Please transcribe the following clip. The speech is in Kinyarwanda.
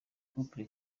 couple